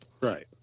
right